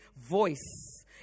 voice